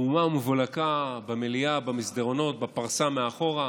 מהומה ומבולקה במליאה, במסדרונות, בפרסה מאחור,